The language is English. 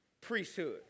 priesthood